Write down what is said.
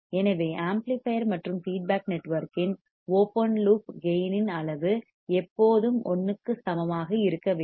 எனவே ஆம்ப்ளிபையர் மற்றும் ஃபீட்பேக் நெட்வொர்க்கின் ஓபன் லூப் கேயின் இன் அளவு எப்போதும் 1 க்கு சமமாக இருக்க வேண்டும்